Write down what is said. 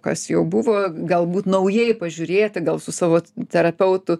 kas jau buvo galbūt naujai pažiūrėti gal su savo terapeutu